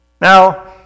Now